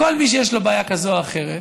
כל מי שיש לו בעיה כזו או אחרת